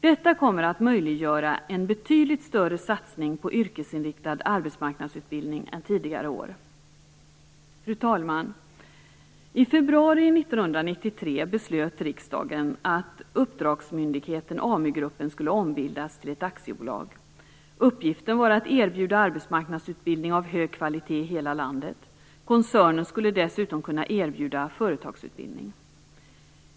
Detta kommer att möjliggöra en betydligt större satsning på yrkesinriktad arbetsmarknadsutbildning än tidigare år. Fru talman! I februari 1993 beslöt riksdagen att uppdragsmyndigheten AmuGruppen skulle ombildas till ett aktiebolag. Uppgiften var att erbjuda arbetsmarknadsutbildning av hög kvalitet i hela landet. Koncernen skulle dessutom kunna erbjuda företagsutbildning.